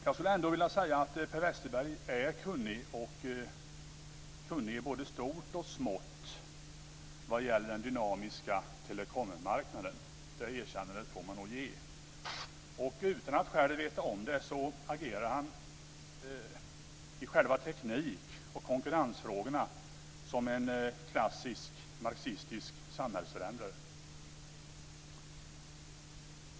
Jag skulle ändå vilja säga att Per Westerberg är kunnig i både stort och smått när det gäller den dynamiska telekommarknaden. Det erkännandet får man nog ge. Utan att själv veta om det agerar han i själva teknik och konkurrensfrågorna som en klassisk marxistisk samhällsförändrare.